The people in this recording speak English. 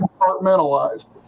compartmentalized